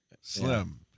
Slim